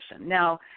Now